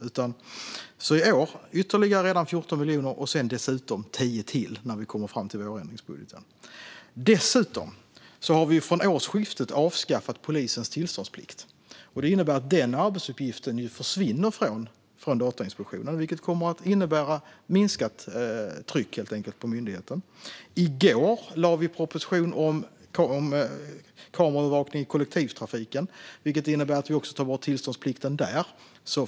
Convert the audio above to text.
Redan i år blir det alltså ytterligare 14 miljoner och sedan dessutom 10 miljoner till när vi kommer fram till vårändringsbudgeten. Dessutom har vi från årsskiftet avskaffat polisens tillståndsplikt. Det innebär att den arbetsuppgiften försvinner från Datainspektionen, vilket kommer att innebära minskat tryck på myndigheten. I går lade vi fram en proposition om kameraövervakning i kollektivtrafiken. Det innebär att vi också tar bort tillståndsplikten där.